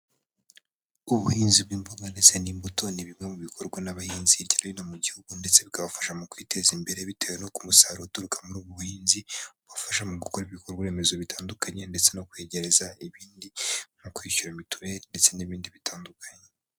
Ubuhinzi bw'imboga ndetse n'imbuto ni bimwe mu bikorwa n'abahinzi hirya no hino mu gihugu ndetse bikabafasha mu kwiteza imbere bitewe no ku musaruro uturuka muri ubu buhinzi ubafasha mu gukora ibikorwa remezo bitandukanye ndetse no kwegereza ibindi no kwishyura mituweli ndetse n'ibindi bitandukanye.